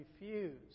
refuse